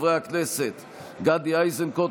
חברי הכנסת גדי איזנקוט,